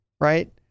right